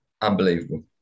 unbelievable